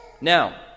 Now